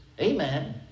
amen